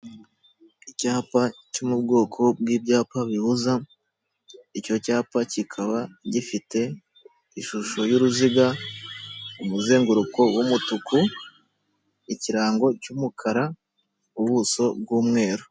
Icyapa cyo mu bwoko bw'ibyapa bibuza, icyo cyapa kikaba gifite ishusho y'uruziga, umuzenguruko w'umutuku, ikirango cy'umukara, ubuso bw'umweru.